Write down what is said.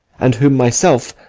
and whom myself,